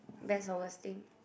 best or worst thing